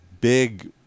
big